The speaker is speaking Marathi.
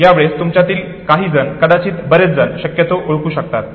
यावेळेस तुमच्यातील काही जण कदाचित बरेच जण शक्यतो ओळखू शकतात